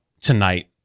tonight